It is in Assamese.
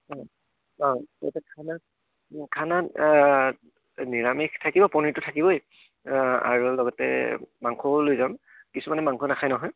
অঁ অঁ খানা খানা নিৰামিষ থাকিব পনীৰটো থাকিবই আৰু লগতে মাংসও লৈ যাম কিছুমানে মাংস নাখায় নহয়